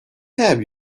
have